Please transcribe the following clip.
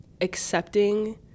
accepting